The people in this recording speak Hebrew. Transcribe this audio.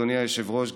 אדוני היושב-ראש,